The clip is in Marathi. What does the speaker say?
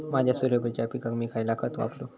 माझ्या सूर्यफुलाच्या पिकाक मी खयला खत वापरू?